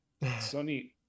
sony